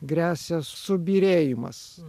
gresia subyrėjimas